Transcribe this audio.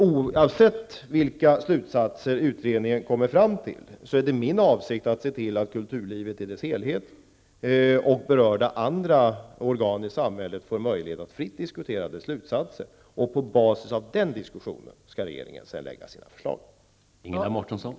Oavsett vilka slutsatser utredningen kommer fram till är det min avsikt att se till att kulturlivet i dess helhet och andra berörda organ i samhället får möjlighet att fritt diskutera dess slutsatser. På basis av den diskussionen skall regeringen sedan lägga fram sina förslag.